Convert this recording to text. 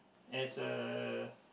as uh